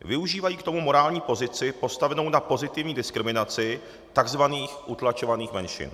Využívají k tomu morální pozici postavenou na pozitivní diskriminaci tzv. utlačovaných menšin.